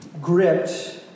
gripped